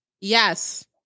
Yes